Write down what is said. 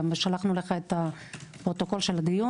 גם שלחנו לך גם את פרוטוקול הדיון,